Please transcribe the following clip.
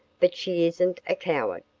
but she isn't a coward.